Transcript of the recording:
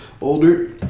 older